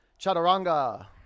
Chaturanga